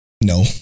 No